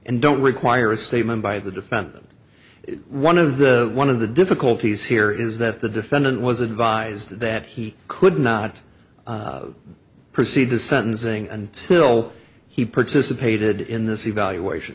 and don't require a statement by the defendant one of the one of the difficulties here is that the defendant was advised that he could not proceed to sentencing until he participated in this evaluation